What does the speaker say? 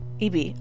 EB